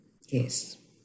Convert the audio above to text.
Yes